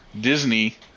Disney